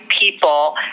people